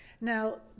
Now